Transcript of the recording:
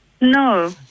No